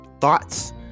thoughts